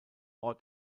ort